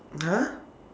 !huh!